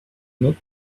not